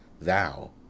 thou